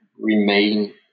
remain